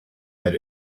that